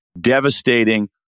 devastating